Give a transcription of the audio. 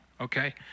okay